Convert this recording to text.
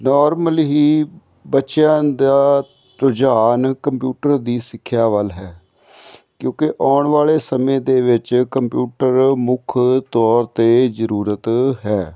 normal ਹੀ ਬੱਚਿਆਂ ਦਾ ਰੁਝਾਨ ਕੰਪਿਊਟਰ ਦੀ ਸਿੱਖਿਆ ਵੱਲ ਹੈ ਕਿਉਂਕਿ ਆਉਣ ਵਾਲੇ ਸਮੇਂ ਦੇ ਵਿੱਚ ਕੰਪਿਊਟਰ ਮੁੱਖ ਤੌਰ 'ਤੇ ਜ਼ਰੂਰਤ ਹੈ